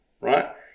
right